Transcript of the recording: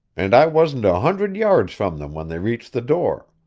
and i wasn't a hundred yards from them when they reached the door.